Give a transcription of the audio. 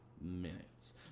Minutes